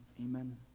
amen